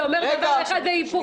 אתה אומר דבר והיפוכו.